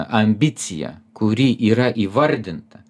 ambicija kuri yra įvardinta